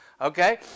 okay